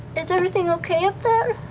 is everything okay up there?